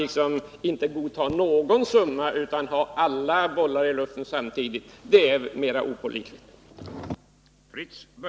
Men att inte godta någon siffra utan ha alla bollar i luften samtidigt, det är mera opålitligt.